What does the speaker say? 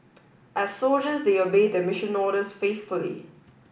as soldiers they obeyed their mission orders faithfully